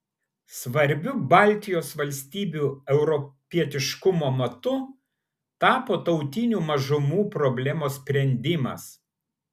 svarbiu baltijos valstybių europietiškumo matu tapo tautinių mažumų problemos sprendimas